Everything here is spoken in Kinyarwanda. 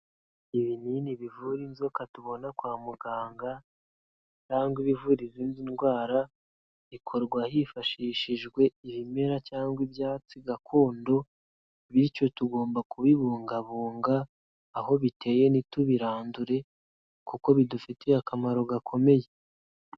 Ibinini bivura inzoka tubona kwa muganga cyangwa ibivura izindi ndwara, bikorwa hifashishijwe ibimera cyangwa ibyatsi gakondo bityo tugomba kubibungabunga, aho biteye ntitubirandure kuko bidufitiye akamaro gakomeye.